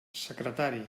secretari